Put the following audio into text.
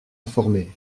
informées